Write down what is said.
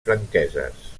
franqueses